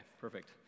perfect